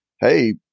Hey